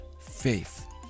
faith